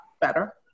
better